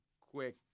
quick